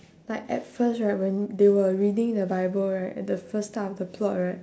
like at first right when they were reading the bible right at the first half of the plot right